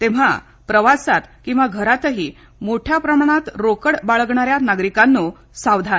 तेव्हा प्रवासात किंवा घरातही मोठ्या प्रमाणावर रोकड बाळगणाऱ्यांनो सावधान